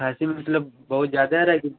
खाँसी मतलब बहुत ज़्यादा आ रही है कि